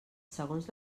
segons